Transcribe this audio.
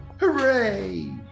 Hooray